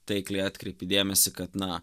taikliai atkreipei dėmesį kad na